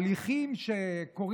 משיב בשם שר